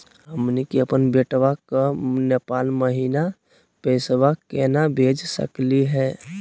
हमनी के अपन बेटवा क नेपाल महिना पैसवा केना भेज सकली हे?